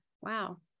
wow